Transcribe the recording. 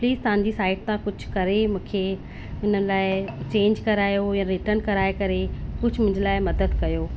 please तव्हांजी site तां कुझु करे मूंखे हिन लाइ चेंज करायो या रिटर्न कराए करे कुझु मुंहिंजे लाइ मदद कयो